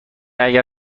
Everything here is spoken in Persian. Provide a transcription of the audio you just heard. اگر